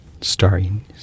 starring